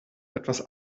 etwas